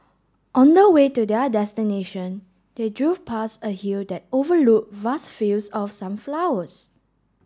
on the way to their destination they drove past a hill that overlooked vast fields of sunflowers